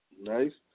Nice